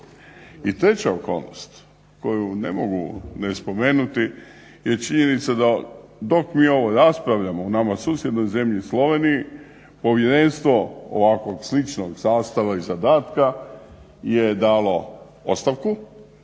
treća okolnost koju ne mogu ne spomenuti je činjenica da dok mi ovo raspravljamo u nama susjednoj zemlji Sloveniji povjerenstvo ovakvog sličnog sastava i zadatka je dalo ostavku,